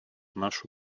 нашу